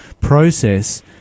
process